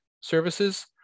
services